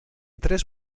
tres